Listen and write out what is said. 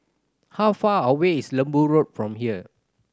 how far away is Lembu Road from here